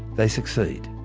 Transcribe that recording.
they succeed.